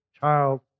child